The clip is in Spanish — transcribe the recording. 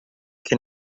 que